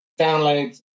download